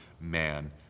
man